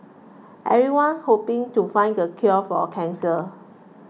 everyone hoping to find the cure for cancer